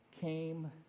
came